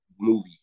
movie